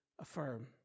affirm